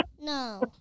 no